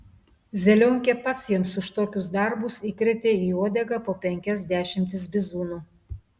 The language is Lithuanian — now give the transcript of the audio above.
zelionkė pats jiems už tokius darbus įkrėtė į uodegą po penkias dešimtis bizūnų